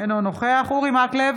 אינו נוכח אורי מקלב,